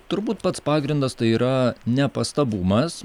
turbūt pats pagrindas tai yra nepastabumas